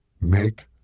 Make